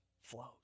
flows